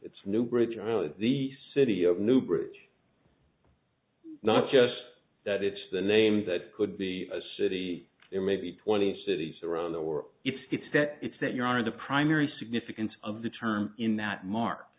its new bridge the city of new bridge not just that it's the name that could be a city in maybe twenty cities around the world if it's that it's that you are the primary significance of the term in that mark